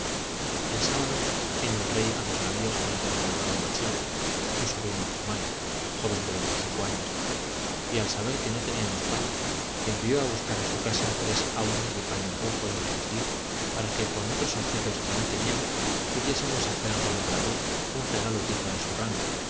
el sábado vino el rey a los navios con el gobernador de machián su sobrino humai joven de veinticinco años y al saber que no teníamos paño envió a buscar a su casa tres aunas de paño rojo y nos las dio para que con otros objetos que aún teníamos pudiésemos hacer al gobernador un regalo digno de su